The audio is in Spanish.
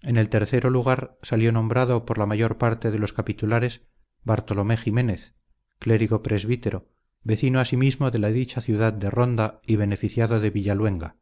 en el tercero lugar salió nombrado por la mayor parte de los capitulares bartolomé ximenez clérigo presuítero vezino asimismo de la dicha iudad de ronda y benefiiado de villaluenga